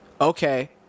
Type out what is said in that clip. okay